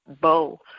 bow